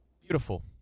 Beautiful